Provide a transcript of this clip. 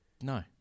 No